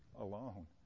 alone